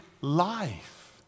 life